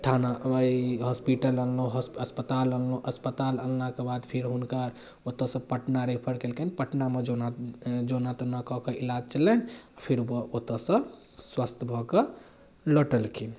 थाना ई हॉस्पिटल आनलहुँ अस्पताल आनलहुँ अस्पताल आनलाके बाद फेर हुनका ओतऽसँ पटना रेफर केलकनि पटनामे जेना जेना तेना कऽ कऽ इलाज चललनि फेर ओ ओतऽसँ स्वस्थ भऽ कऽ लौटलखिन